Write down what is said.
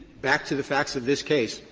back to the facts of this case,